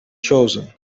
chosen